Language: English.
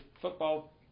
football